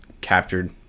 captured